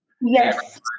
Yes